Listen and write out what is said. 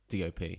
dop